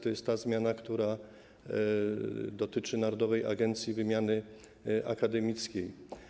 To jest ta zmiana, która dotyczy Narodowej Agencji Wymiany Akademickiej.